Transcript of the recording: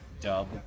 dub